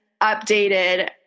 updated